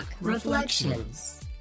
Reflections